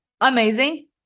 Amazing